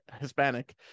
Hispanic